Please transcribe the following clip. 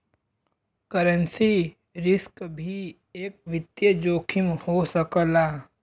currency risk भी एक वित्तीय जोखिम हो सकला